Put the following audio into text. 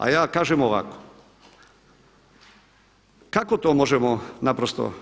A ja kažem ovako, kako to možemo naprosto